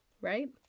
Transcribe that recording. right